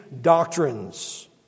doctrines